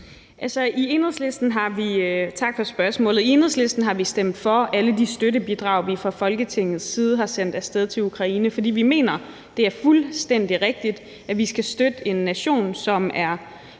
Tak for spørgsmålet. I Enhedslisten har vi stemt for alle de støttebidrag, vi fra Folketingets side har sendt af sted til Ukraine, fordi vi mener, det er fuldstændig rigtigt, at vi skal støtte en nation, som er